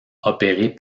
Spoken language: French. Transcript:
opérée